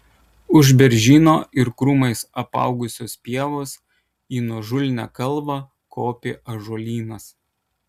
už beržyno ir krūmais apaugusios pievos į nuožulnią kalvą kopė ąžuolynas